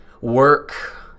work